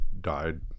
died